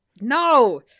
No